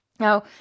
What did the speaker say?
Now